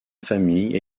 famille